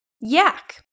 Yak